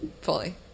fully